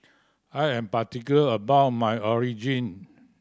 I am particular about my